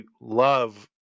love